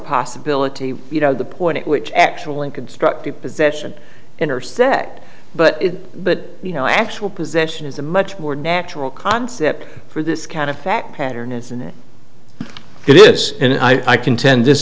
possibility you know the point at which actual and constructive possession intersect but but you know actual possession is a much more natural concept for this kind of fact pattern isn't it it is and i contend this